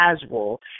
casual